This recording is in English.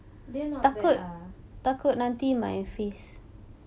that not bad ah